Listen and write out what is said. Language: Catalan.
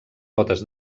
potes